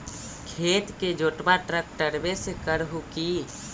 खेत के जोतबा ट्रकटर्बे से कर हू की?